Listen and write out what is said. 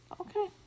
Okay